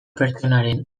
pertsonaren